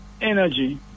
energy